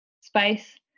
space